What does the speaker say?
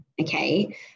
okay